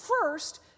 First